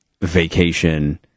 vacation